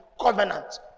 covenant